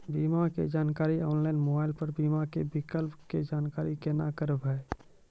बीमा के जानकारी ऑनलाइन मोबाइल पर बीमा के विकल्प के जानकारी केना करभै?